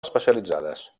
especialitzades